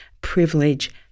privilege